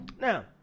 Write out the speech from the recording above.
Now